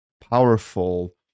powerful